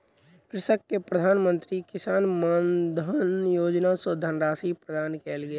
कृषक के प्रधान मंत्री किसान मानधन योजना सॅ धनराशि प्रदान कयल गेल